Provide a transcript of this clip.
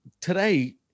today